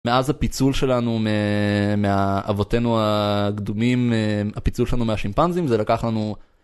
מאז הפיצול שלנו מאבותינו הקדומי, הפיצול שלנו מהשימפנזים זה לקח לנו.